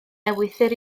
ewythr